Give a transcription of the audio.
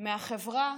מהחברה